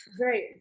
Right